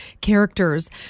characters